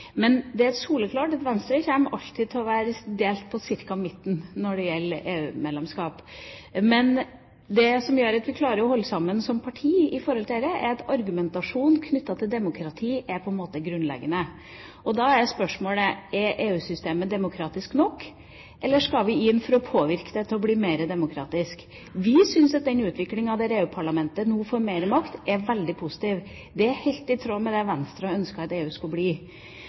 Det er soleklart at Venstre alltid kommer til å være delt ca. på midten når det gjelder EU-medlemskap. Det som gjør at vi klarer å holde sammen som parti når det gjelder dette, er at argumentasjonen knyttet til demokrati er grunnleggende. Spørsmålet er: Er EU-systemet demokratisk nok, eller skal vi inn for å påvirke det til å bli mer demokratisk? Vi syns at utviklinga der EU-parlamentet nå får mer makt, er veldig positiv. Det er helt i tråd med det Venstre ønsket at EU skulle bli.